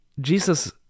Jesus